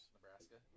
Nebraska